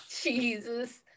Jesus